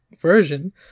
version